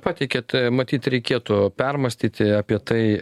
pateikėt matyt reikėtų permąstyti apie tai